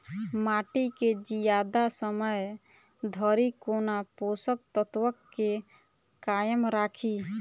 माटि केँ जियादा समय धरि कोना पोसक तत्वक केँ कायम राखि?